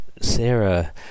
Sarah